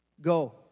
Go